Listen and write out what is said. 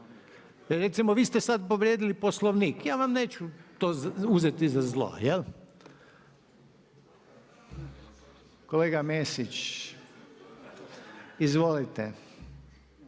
Recimo vi ste sad povrijedili Poslovnik ja vam neću to uzeti za zlo. Kolega Mesić izvolite.